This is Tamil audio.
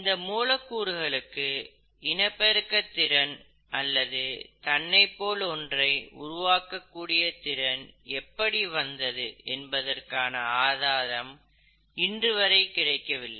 இந்த மூலக்கூறுகளுக்கு இனப்பெருக்கத் திறன் அல்லது தன்னைப் போல் ஒன்றை உருவாக்க கூடிய திறன் எப்படி வந்தது என்பதற்கான ஆதாரம் இன்று வரை கிடைக்கவில்லை